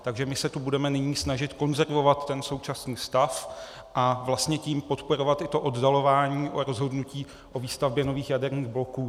Takže my se tu budeme nyní snažit konzervovat současný stav a vlastně tím podporovat i to oddalování rozhodnutí o výstavbě nových jaderných bloků.